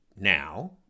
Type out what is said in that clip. now